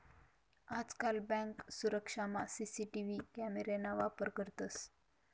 आजकाल बँक सुरक्षामा CCTV camera ना वापर करतंस